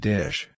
Dish